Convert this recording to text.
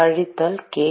கழித்தல் k